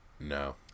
No